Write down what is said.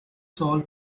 sold